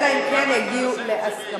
אלא אם כן יגיעו להסכמות.